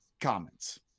comments